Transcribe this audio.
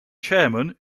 chairman